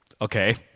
Okay